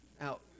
out